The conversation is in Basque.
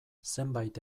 zenbait